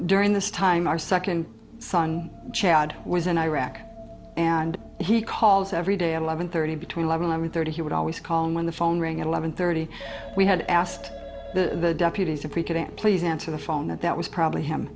during this time our second son chad was in iraq and he calls every day eleven thirty between eleven i mean thirty he would always call him when the phone rang at eleven thirty we had asked the deputies if we couldn't please answer the phone that that was probably him